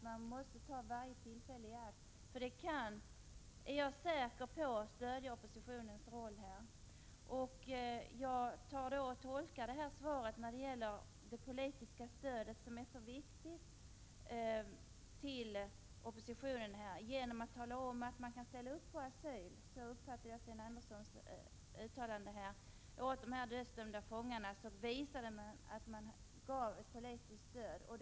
Man måste ta varje tillfälle i akt, för jag är säker på att man därmed stöder oppositionen. När det gäller det politiska stödet till oppositionen, som ju är mycket viktigt, vill jag framhålla att jag tolkar svaret så, att man kan ställa upp på asyl — så uppfattar jag alltså Sten Anderssons uttalande här — för de dödsdömda fångarna. Därmed visade man att man gav ett politiskt stöd.